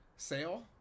Sale